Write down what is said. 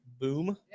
Boom